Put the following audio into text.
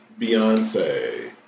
Beyonce